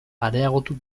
areagotu